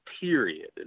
period